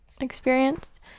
experienced